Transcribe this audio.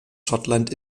schottland